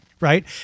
right